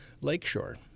Lakeshore